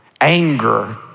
anger